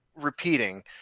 repeating